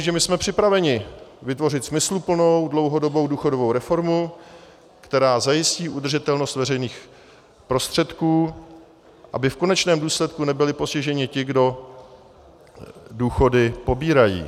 Za lidovce mohu říct, že my jsme připraveni vytvořit smysluplnou dlouhodobou důchodovou reformu, která zajistí udržitelnost veřejných prostředků, aby v konečném důsledku nebyli postiženi ti, kdo důchody pobírají.